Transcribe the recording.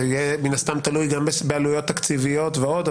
זה יהיה מן הסתם גם תלוי בעלויות תקציביות ועוד,